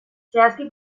zehazki